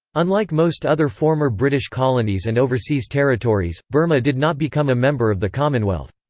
unlike most other former british colonies and overseas territories, burma did not become a member of the commonwealth.